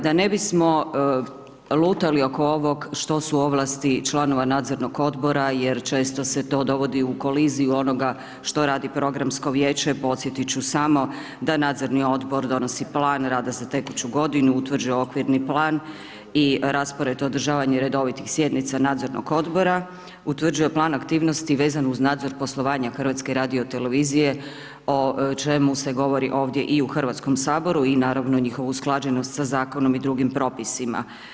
Da ne bismo lutali oko ovog što su ovlasti članova nadzornog odbora, jer često se to dogodi u kolizi onoga što radi programsko vijeće, podsjetiti ću samo da nadzorni odbor donosi plan rada za tekuću godinu, utvrđuje okvirni plan i raspored održavanje redovitih sjednica Nadzornog odbora, utvrđuje plan aktivnosti vezano uz nazor poslovanja HRT-a o čemu se govori ovdje i u Hrvatskom saboru i naravno njihovu usklađenost sa zakonom i drugim propisima.